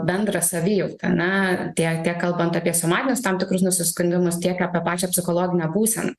bendrą savijautą na tiek kalbant apie somatinius tam tikrus nusiskundimus tiek apie pačią psichologinę būseną